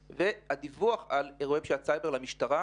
הדיווח על אירועי פשיעת סייבר למשטרה